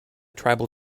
tribal